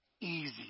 Easy